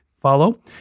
follow